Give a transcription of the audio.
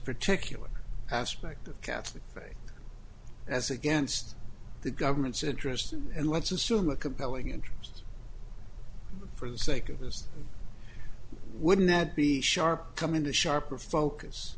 particular aspect of catholic faith as against the government's interest and let's assume a compelling interest for the sake of us wouldn't that be sharp come into sharper focus